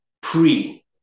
pre